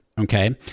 Okay